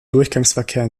durchgangsverkehr